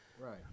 Right